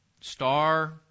star